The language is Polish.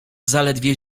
zaledwie